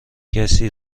کسی